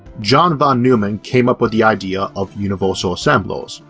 john von neumann came up with the idea of universal assemblers,